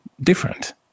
different